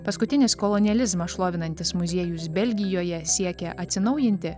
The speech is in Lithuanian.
paskutinis kolonializmą šlovinantis muziejus belgijoje siekia atsinaujinti